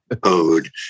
code